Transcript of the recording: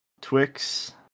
Twix